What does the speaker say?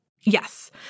Yes